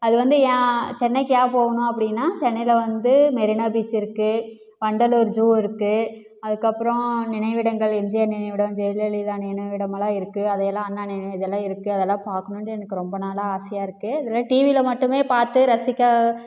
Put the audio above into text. அது வந்து ஏன் சென்னைக்காக போகணும் அப்படின்னா சென்னையில் வந்து மெரினா பீச் இருக்குது வண்டலூர் ஜூ இருக்குது அதுக்கப்பறம் நினைவிடங்கள் எம்ஜிஆர் நினைவிடம் ஜெயலலிதா நினைவிடமெல்லாம் இருக்குது அதையெல்லாம் அண்ணா நினைவிடம் இதெல்லாம் இருக்குது அதெல்லாம் பார்க்கணுன்ட்டு எனக்கு ரொம்ப நாளாக ஆசையாக இருக்குது இதெலாம் டிவியில் மட்டும் பார்த்து ரசிக்க